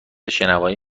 شنوایی